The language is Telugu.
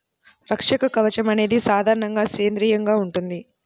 రక్షక కవచం అనేది సాధారణంగా సేంద్రీయంగా ఉంటుంది